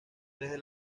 desde